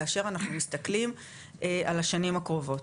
כאשר אנחנו מסתכלים על השנים הקרובות.